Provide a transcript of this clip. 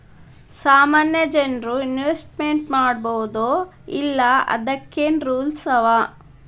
ಸಾಮಾನ್ಯ ಜನ್ರು ಇನ್ವೆಸ್ಟ್ಮೆಂಟ್ ಮಾಡ್ಬೊದೋ ಇಲ್ಲಾ ಅದಕ್ಕೇನ್ ರೂಲ್ಸವ?